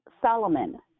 Solomon